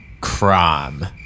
crime